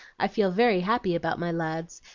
i feel very happy about my lads,